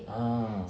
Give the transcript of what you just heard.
ah